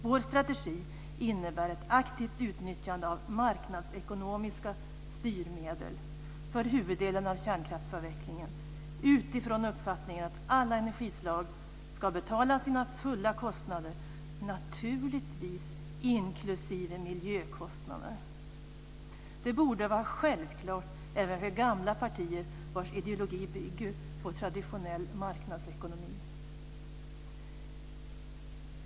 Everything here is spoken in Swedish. Vår strategi innebär ett aktivt utnyttjande av marknadsekonomiska styrmedel för huvuddelen av kärnkraftsavvecklingen utifrån uppfattningen att alla energislag ska betala sina fulla kostnader, naturligtvis inklusive miljökostnader. Det borde vara självklart även för ett gammalt parti vars ideologi bygger på traditionell marknadsekonomi.